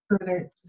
further